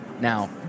Now